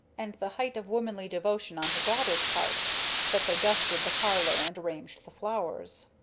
and the height of womanly devotion on her daughters' part that they dusted the parlor and arranged the flowers.